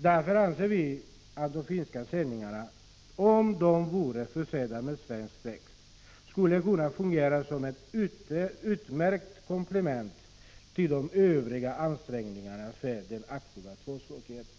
Därför anser vi att de finska sändningarna, om de vore försedda med svensk text, skulle kunna fungera som ett utmärkt komplement till de övriga ansträngningarna för den aktiva tvåspråkigheten.